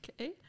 okay